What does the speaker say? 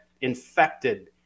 infected